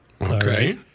Okay